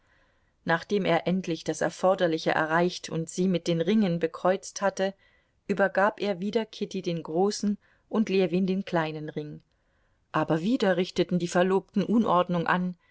nachdem er endlich das erforderliche erreicht und sie mit den ringen bekreuzt hatte übergab er wieder kitty den großen und ljewin den kleinen ring aber wieder richteten die verlobten unordnung an